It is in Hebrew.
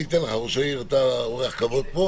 ראש העיר, בבקשה.